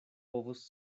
povus